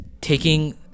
taking